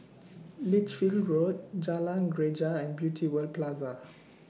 Lichfield Road Jalan Greja and Beauty World Plaza